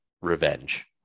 revenge